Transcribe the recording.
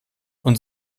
und